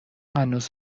هنوز